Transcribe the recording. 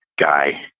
guy